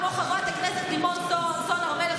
כמו חברת הכנסת לימור סון הר מלך,